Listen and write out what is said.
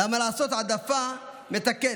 למה לעשות העדפה מתקנת?